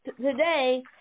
Today